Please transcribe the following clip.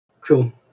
Cool